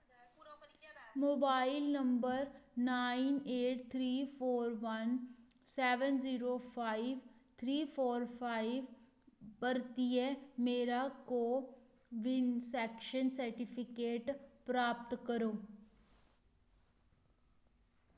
mobile number nine eight three four one seven zero five three four five बरतियै मेरा को विन section certificate प्राप्त करो